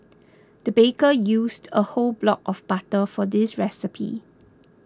the baker used a whole block of butter for this recipe